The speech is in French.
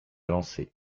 lancé